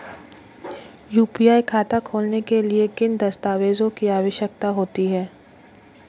UPI खाता खोलने के लिए किन दस्तावेज़ों की आवश्यकता होती है?